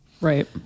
right